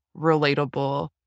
relatable